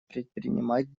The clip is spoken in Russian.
предпринимать